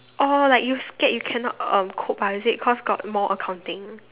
oh like you scared you cannot uh cope ah is it cause got more accounting